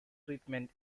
treatment